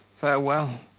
farewell!